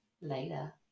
Later